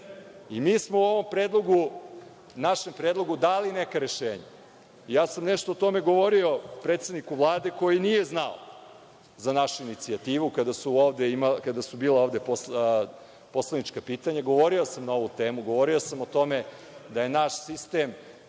smo u ovom predlogu, našem predlogu dali neka rešenja. Ja sam o tome nešto govorio predsedniku Vlade koji nije znao za našu inicijativu. Kada su ovde bila poslanička pitanja, govorio sam na ovu temu, govorio sam o tome da je naš sistem